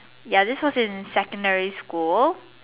ya this was in secondary school